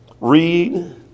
Read